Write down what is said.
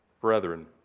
brethren